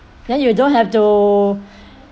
then you don't have to